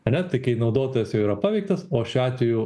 ane tai kai naudotojas jau yra paveiktas o šiuo atveju